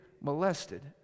molested